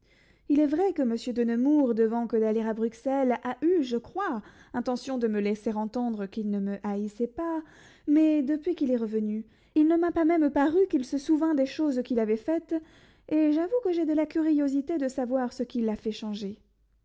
il est vrai que monsieur de nemours devant que d'aller à bruxelles a eu je crois intention de me laisser entendre qu'il ne me haïssait pas mais depuis qu'il est revenu il ne m'a pas même paru qu'il se souvînt des choses qu'il avait faites et j'avoue que j'ai de la curiosité de savoir ce qui l'a fait changer